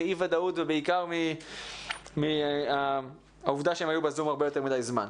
מאי ודאות ובעיקר מהעובדה שהם היו בזום יותר מדי זמן.